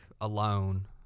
alone